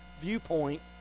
viewpoint